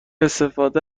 استفاده